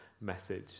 message